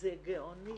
זה גאוני.